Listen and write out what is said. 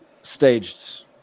staged